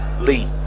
Lee